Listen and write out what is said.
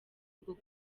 uku